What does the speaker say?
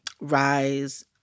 rise